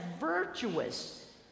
virtuous